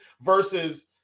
Versus